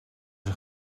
een